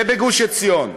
ובגוש-עציון,